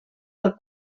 del